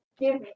give